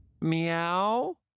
Meow